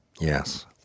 yes